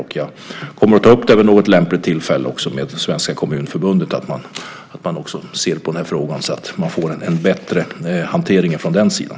Jag kommer också att ta upp det vid lämpligt tillfälle med Svenska Kommunförbundet och se efter hur de ser på frågan där. Man måste få en bättre hantering från den sidan.